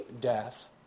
death